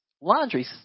laundry